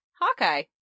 Hawkeye